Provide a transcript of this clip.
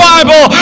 Bible